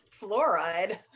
fluoride